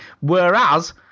whereas